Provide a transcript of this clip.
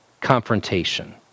confrontation